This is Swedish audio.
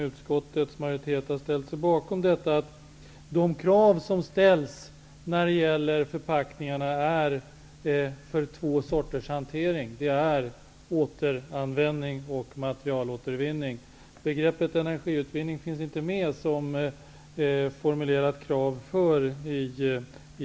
Utskottets majoritet har ställt sig bakom förslaget att de krav som ställs för förpackningar skall gälla två sorters hantering, nämligen återanvändning och materialåtervinning. Begreppet energiutvinning finns inte med som ett formulerat krav.